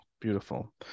Beautiful